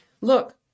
look